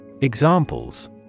Examples